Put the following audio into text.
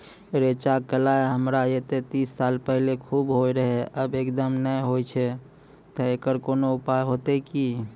रेचा, कलाय हमरा येते तीस साल पहले खूब होय रहें, अब एकदम नैय होय छैय तऽ एकरऽ कोनो उपाय हेते कि?